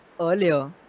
earlier